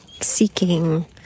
seeking